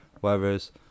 whereas